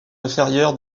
inférieur